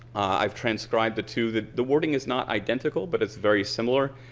i've transcribed the two. the the wording is not identical but it's very similar.